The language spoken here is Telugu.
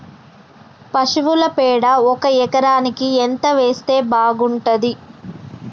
పశువుల పేడ ఒక ఎకరానికి ఎంత వేస్తే బాగుంటది?